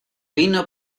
vino